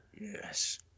Yes